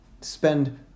spend